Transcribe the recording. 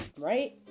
right